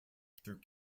through